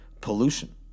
pollution